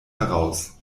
heraus